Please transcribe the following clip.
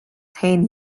ten